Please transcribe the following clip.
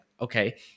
okay